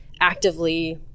actively